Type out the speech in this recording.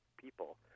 people